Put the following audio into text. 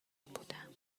بودم